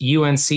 unc